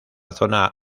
zona